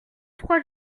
trois